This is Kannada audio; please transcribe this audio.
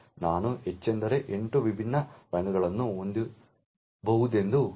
ನಾನು ಹೆಚ್ಚೆಂದರೆ 8 ವಿಭಿನ್ನ ರಂಗಗಳನ್ನು ಹೊಂದಬಹುದೆಂದು ಸೂಚಿಸುತ್ತದೆ